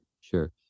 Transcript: Sure